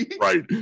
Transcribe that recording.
Right